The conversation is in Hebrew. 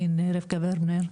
עו"ד רבקה ברגנר,